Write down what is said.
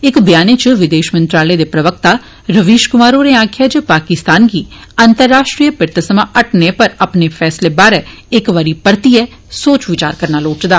इक ब्याने च विदेश मंत्रालय दे प्रवक्ता रविश क्मार होरें आक्खेया जे पाकिस्तान गी अंतराष्ट्रीय पिरते सवा हटने पर अपने फैसले बारै इक बारी परतियै सोच विचार करना लोड़चदा